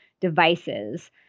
devices